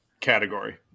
category